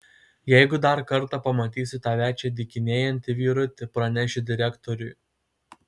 jeigu dar kartą pamatysiu tave čia dykinėjantį vyruti pranešiu direktoriui